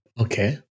Okay